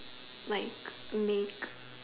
like meek